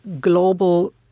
global